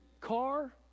car